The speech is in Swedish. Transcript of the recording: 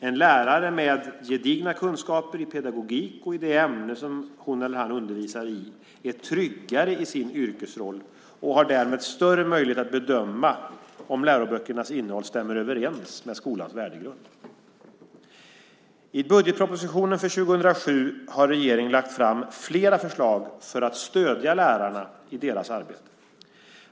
En lärare med gedigna kunskaper i pedagogik, och det ämne som hon eller han undervisar i, är tryggare i sin yrkesroll och har därmed större möjlighet att bedöma om läroböckernas innehåll stämmer överens med skolans värdegrund. I budgetpropositionen för år 2007 har regeringen lagt fram flera förslag för att stödja lärarna i deras arbete.